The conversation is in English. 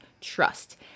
trust